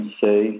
say